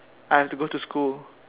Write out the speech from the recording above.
I have to go to school